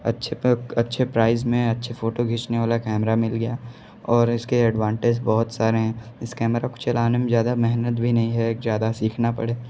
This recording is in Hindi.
अच्छे अच्छे प्राइज़ में अच्छी फ़ोटो खीचने वाला कैमरा मिल गया और इसके एडवांटेज बहुत सारे हैं इस कैमरा को चलाने में ज़्यादा मेहनत भी नहीं है ज़्यादा सीखना पड़े